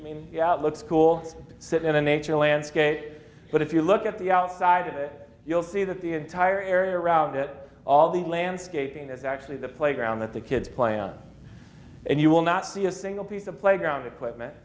i mean the outlook school sit in a nature landscape but if you look at the outside of it you'll see that the entire area around it all the landscaping that's actually the playground that the kids play on and you will not see a single piece of playground equipment